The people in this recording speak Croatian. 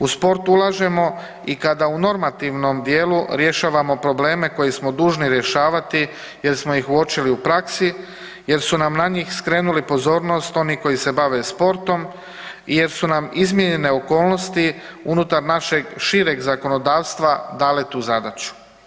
U sport ulažemo i kada u normativnom dijelu rješavamo probleme koje smo dužni rješavati jer smo ih uočili u praksi, jer su nam na njih skrenuli pozornost oni koji se bave sportom i jer su nam izmijenjene okolnosti unutar našeg šireg zakonodavstva dale tu zadaću.